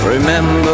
Remember